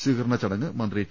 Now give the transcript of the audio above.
സ്വീകരണ ചടങ്ങ് മന്ത്രി ടി